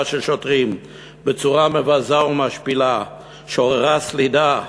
של שוטרים בצורה מבזה ומשפילה שעוררה סלידה.